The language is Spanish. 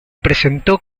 presentó